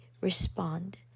respond